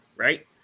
Right